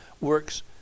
works